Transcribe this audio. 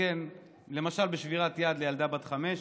למשל בשבירת יד לילדה בת חמש,